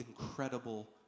incredible